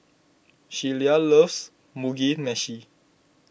Shelia loves Mugi Meshi